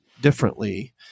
differently